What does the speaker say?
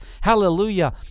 Hallelujah